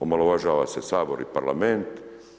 Omalovažava se Sabor i parlament.